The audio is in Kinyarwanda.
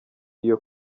iyo